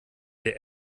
der